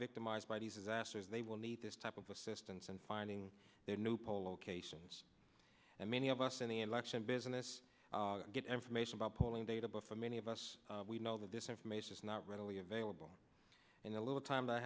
victimized by these disasters they will need this type of assistance and finding new poll locations and many of us in the election business get information about polling data but for many of us we know that this information is not readily available in the little time